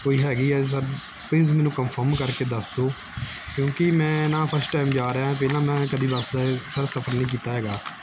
ਕੋਈ ਹੈਗੀ ਆ ਸਰ ਪਲੀਜ਼ ਮੈਨੂੰ ਕਫਰਮ ਕਰਕੇ ਦੱਸ ਦਿਓ ਕਿਉਂਕਿ ਮੈਂ ਨਾ ਫਸਟ ਟਾਈਮ ਜਾ ਰਿਹਾ ਪਹਿਲਾਂ ਮੈਂ ਕਦੀ ਬਸ ਦਾ ਸਰ ਸਫਰ ਨਹੀਂ ਕੀਤਾ ਹੈਗਾ